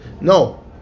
No